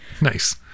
Nice